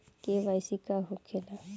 KYC का होखेला?